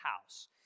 house